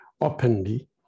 openly